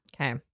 Okay